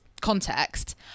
context